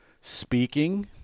speaking